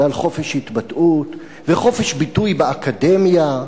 ועל חופש התבטאות וחופש ביטוי באקדמיה,